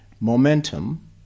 momentum